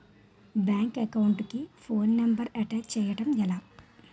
Bank account కి phone number attach చేయడం ఎలా?